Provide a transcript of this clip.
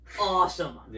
awesome